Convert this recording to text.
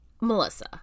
Melissa